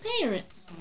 parents